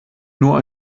nur